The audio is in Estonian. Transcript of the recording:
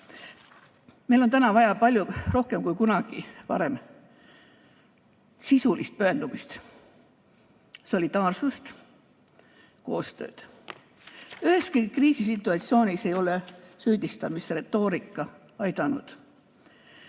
Meil on täna vaja palju rohkem kui kunagi varem sisulist pühendumist, solidaarsust, koostööd. Üheski kriisisituatsioonis ei ole süüdistamisretoorika aidanud.